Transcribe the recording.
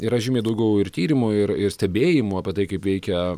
yra žymiai daugiau ir tyrimų ir ir stebėjimų apie tai kaip veikia